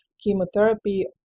chemotherapy